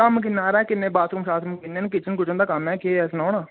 कम्म किन्ना हारा ऐ किन्ने बाथरूम शाथरूम किन्ने न किचन कूचन दा कम्म ऐ केह् ऐ सनाओ ना